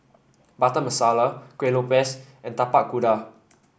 Butter Masala Kueh Lopes and Tapak Kuda